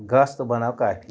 گَژھ تہٕ بناو کافی